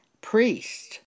priest